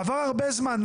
עבר הרבה זמן.